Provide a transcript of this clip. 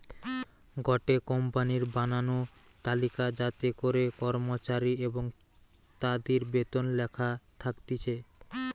গটে কোম্পানির বানানো তালিকা যাতে করে কর্মচারী এবং তাদির বেতন লেখা থাকতিছে